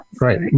right